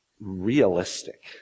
realistic